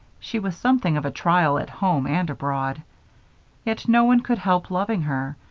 she was something of a trial at home and abroad yet no one could help loving her,